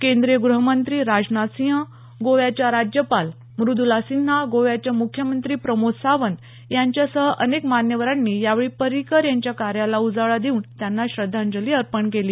केंद्रीय गृहमंत्री राजनाथसिंह गोव्याच्या राज्यपाल मुद्ला सिन्हा गोव्याचे मुख्यमंत्री प्रमोद सावंत यांच्यासह अनेक मान्यवरांनी यावेळी पर्रिकर यांच्या कार्याला उजाळा देऊन त्यांना श्रद्धांजली अर्पण केली